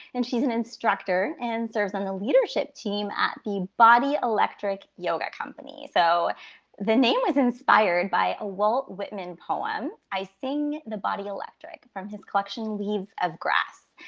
and she's an instructor and serves on the leadership team at the body electric yoga company. so the name was inspired by a walt whitman poem, i sing the body electric, from his collection leaves of grass.